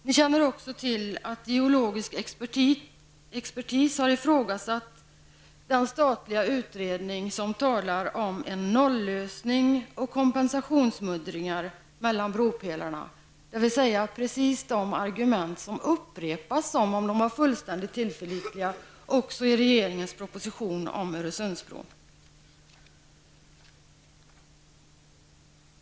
Vi känner också till att geologisk expertis har ifrågasatt den statliga utredning som talar om en nollösning och kompensationsmuddringar mellan bropelarna, dvs. precis de argument som upprepas också i regeringens proposition om Öresundsbron, som om de var fullständigt pålitliga.